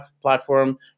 platform